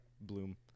bloom